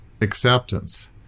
acceptance